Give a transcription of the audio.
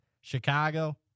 Chicago